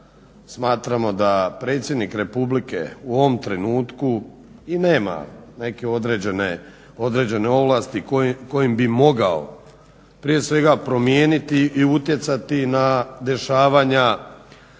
smatramo da predsjednik Republike u ovom trenutku i nema neke određene ovlasti kojim bi mogao prije svega promijeniti i utjecati na dešavanja